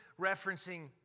referencing